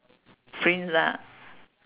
prince lah